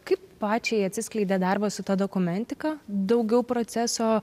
kaip pačiai atsiskleidė darbas su ta dokumentika daugiau proceso